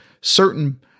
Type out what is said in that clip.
certain